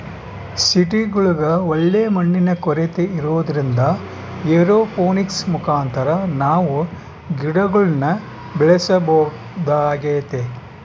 ಸಿಟಿಗುಳಗ ಒಳ್ಳೆ ಮಣ್ಣಿನ ಕೊರತೆ ಇರೊದ್ರಿಂದ ಏರೋಪೋನಿಕ್ಸ್ ಮುಖಾಂತರ ನಾವು ಗಿಡಗುಳ್ನ ಬೆಳೆಸಬೊದಾಗೆತೆ